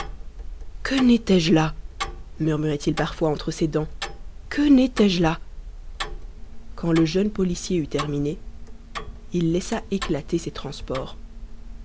que n'étais-je là murmurait-il parfois entre ses dents que n'étais-je là quand le jeune policier eut terminé il laissa éclater ses transports